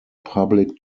public